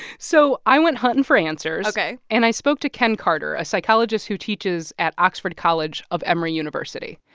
so i went hunting for answers ok and i spoke to ken carter, a psychologist who teaches at oxford college of emory university.